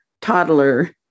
toddler